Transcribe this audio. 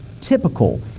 typical